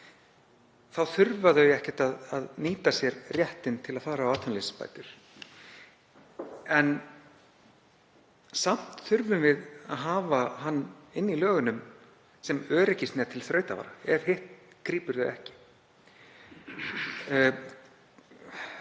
Þá þurfa þau ekkert að nýta sér réttinn til að fara á atvinnuleysisbætur. Samt þurfum við að hafa hann inni í lögunum sem öryggisnet til þrautavara ef hitt grípur þau ekki.